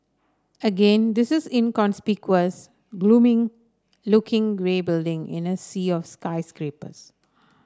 again this is inconspicuous gloomy looking grey building in a sea of skyscrapers